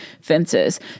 fences